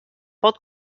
pot